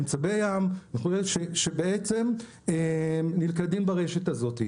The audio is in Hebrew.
צבי ים וכו' שבעצם נלכדים ברשת הזאת,